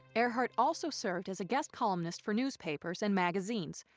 earhart also served as a guest columnist for newspapers and magazines,